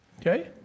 Okay